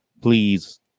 please